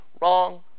Wrong